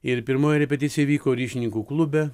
ir pirmoji repeticija įvyko ryšininkų klube